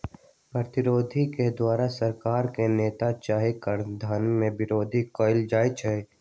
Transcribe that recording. प्रतिरोध के द्वारा सरकार के नीति चाहे कराधान के विरोध कएल जाइ छइ